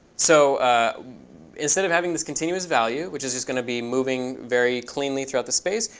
so instead of having this continuous value, which is is going to be moving very cleanly throughout the space,